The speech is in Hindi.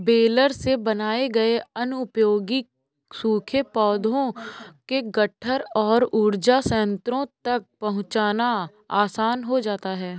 बेलर से बनाए गए अनुपयोगी सूखे पौधों के गट्ठर को ऊर्जा संयन्त्रों तक पहुँचाना आसान हो जाता है